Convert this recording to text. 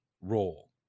role